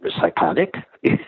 psychotic